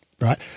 right